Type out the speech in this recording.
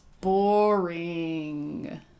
boring